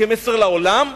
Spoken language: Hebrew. כמסר לעולם,